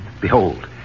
Behold